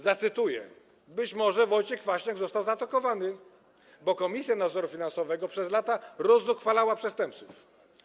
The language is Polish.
Zacytuję: być może Wojciech Kwaśniak został zaatakowany, bo Komisja Nadzoru Finansowego przez lata rozzuchwalała przestępców.